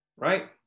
right